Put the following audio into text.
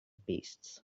beasts